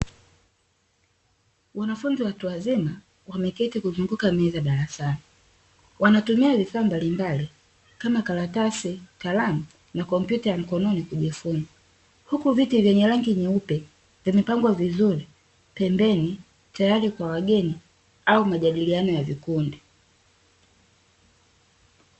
Wanafunzi watu wazima wameketi kuzunguka meza darasani. Wanatumia vifaa mbalimbali kama karatasi, karani na kompyuta ya mikononi kujifunza. Huku viti vyenye rangi nyeupe vimepangwa vizuri pembeni, tayari kwa wageni au majadiliano ya vikundi.